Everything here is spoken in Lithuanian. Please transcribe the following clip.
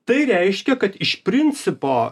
tai reiškia kad iš principo